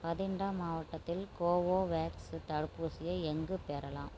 பதிண்டா மாவட்டத்தில் கோவோவேக்ஸ் தடுப்பூசியை எங்கே பெறலாம்